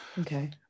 Okay